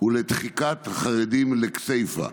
ולדחיקת חרדים לכסייפה.